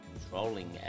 controlling